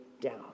down